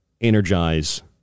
energize